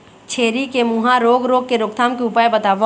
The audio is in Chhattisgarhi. छेरी के मुहा रोग रोग के रोकथाम के उपाय बताव?